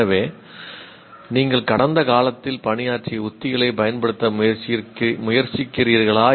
எனவே நீங்கள் கடந்த காலத்தில் பணியாற்றிய உத்திகளைப் பயன்படுத்த முயற்சிக்கிறீர்களா